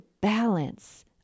balance